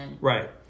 Right